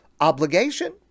obligation